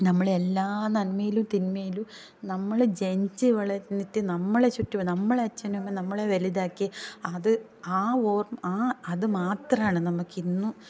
നമ്മളെ എല്ലാ നന്മയിലും തിന്മയിലും നമ്മൾ ജനിച്ച് വളർന്നിട്ട് നമ്മളെ ചുറ്റുപാട് നമ്മളെ അച്ഛനും അമ്മയും നമ്മളെ വലുതാക്കി അത് ആ ഓർമ്മ ആ അത് മാത്രമാണ് നമുക്ക് ഇന്നും